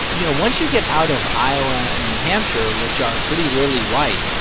you know, once you get out of iowa and new hampshire, which are pretty lily-white,